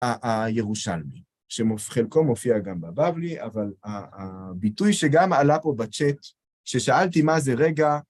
הירושלמי, שחלקו מופיע גם בבבלי, אבל הביטוי שגם עלה פה בצ'ט, כששאלתי מה זה רגע,